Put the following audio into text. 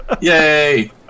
yay